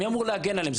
מי אמור להגן עליהן?